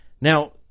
Now